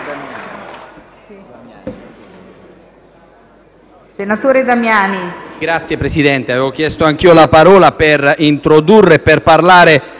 senatore Damiani